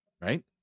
right